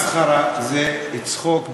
מסחרה זה לצחוק בעיניים.